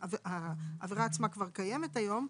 העבירה עצמה כבר קיימת היום,